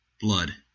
Blood